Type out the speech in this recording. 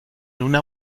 una